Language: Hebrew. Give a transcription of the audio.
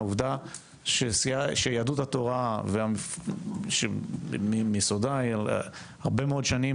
העובדה שיהדות התורה שמייסודה הרבה מאוד שנים